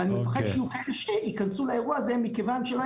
ואני --- שייכנסו לאירוע הזה מכיוון שלא